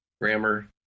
grammar